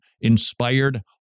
inspired